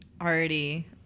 already